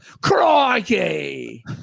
crikey